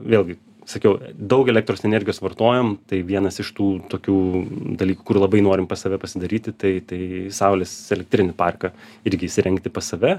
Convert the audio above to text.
vėlgi sakiau daug elektros energijos vartojam tai vienas iš tų tokių dalykų kur labai norim pas save pasidaryti tai tai saulės elektrinių parką irgi įsirengti pas save